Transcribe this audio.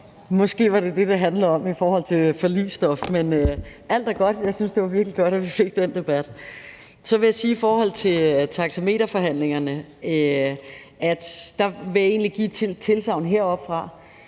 Måske var det det, det handlede om i forhold til forligsstof. Men alt er godt. Jeg synes, det var virkelig godt, at vi fik den debat. Så vil jeg i forhold til taxameterforhandlingerne egentlig give et tilsagn heroppefra,